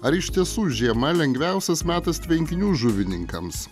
ar iš tiesų žiema lengviausias metas tvenkinių žuvininkams